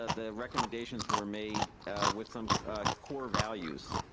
the recommendations were made with some core values.